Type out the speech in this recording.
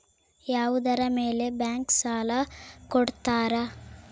ಯಾವುದರ ಮೇಲೆ ಬ್ಯಾಂಕ್ ಸಾಲ ಕೊಡ್ತಾರ?